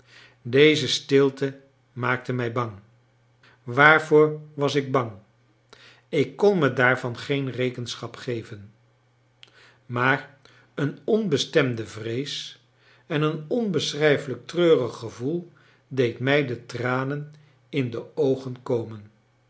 deze stilte maakte mij bang waarvoor was ik bang ik kon me daarvan geen rekenschap geven maar een onbestemde vrees en een onbeschrijflijk treurig gevoel deed mij de tranen in de oogen komen